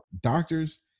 doctors